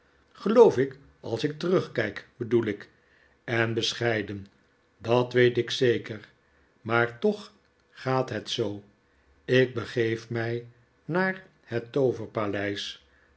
geloof ik als ik terugkijk bedoel ik en bescheiden dat weet ik zeker maar toch gaat het zoo ik begeef mij naar het